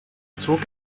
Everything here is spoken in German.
zog